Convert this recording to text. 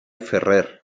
ferrer